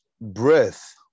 breath